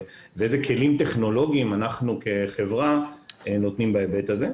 ואיזה כלים טכנולוגיים אנחנו כחברה נותנים בהיבט הזה.